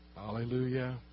Hallelujah